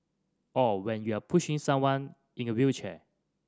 or when you're pushing someone in a wheelchair